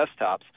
desktops